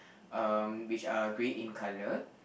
um which are grey in color